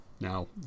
Now